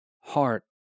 heart